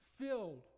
filled